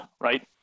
right